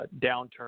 downturn